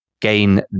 gain